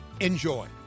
Enjoy